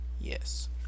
Yes